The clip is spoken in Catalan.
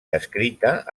descrita